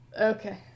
Okay